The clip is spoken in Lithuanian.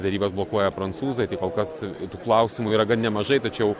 derybas blokuoja prancūzai tai kol kas tų klausimų yra gan nemažai tačiau